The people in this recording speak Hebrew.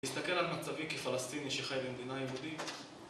להסתכל על מצבי כפלסטיני שחי במדינה יהודית